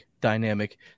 dynamic